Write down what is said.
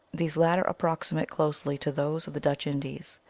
these lat ter approximate closely to those of the dutch indies.